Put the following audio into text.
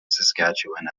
saskatchewan